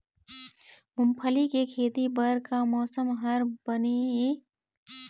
मूंगफली के खेती बर का मौसम हर बने ये?